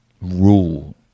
rule